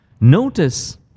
notice